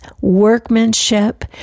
workmanship